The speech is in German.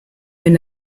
wenn